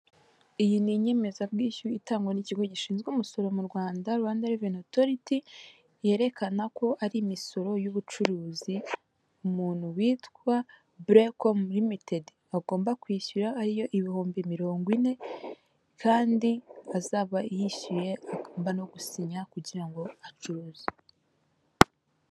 Iyi ni inyemezabwishyu itangwa n'ikigo gishinzwe umusoro mu Rwanda reveni otoriti yerekana ko ari imisoro y'ubucuruzi umuntu witwa Blacom Muriltd agomba kwishyura ariyo ibihumbi mirongo ine kandi azaba yishyuye no gusinya kugira ngo acuruze.